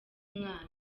umwana